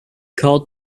called